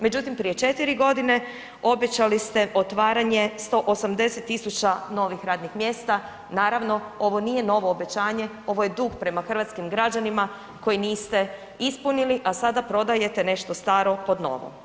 Međutim prije četiri godine obećali ste otvaranje 180.000 novih radnih mjesta, naravno ovo nije novo obećanje, ovo je dug prema hrvatskim građanima koji niste ispunili, a sada prodajete nešto staro pod novo.